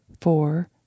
four